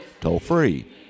toll-free